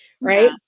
right